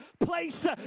place